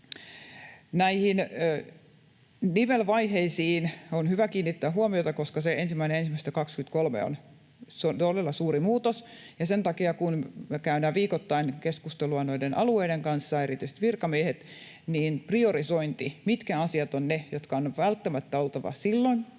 nivelvaiheisiin on hyvä kiinnittää huomiota, koska se 1.1.23 on todella suuri muutos, ja sen takia me käydään viikoittain keskustelua alueiden kanssa, erityisesti virkamiehet, priorisoinnista, mitkä asiat ovat ne, joiden on välttämättä oltava silloin